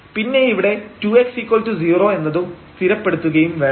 പിന്നെ ഇവിടെ 2x0 എന്നതും സ്ഥിരപ്പെടുത്തുകയും വേണം